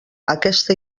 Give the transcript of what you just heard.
aquesta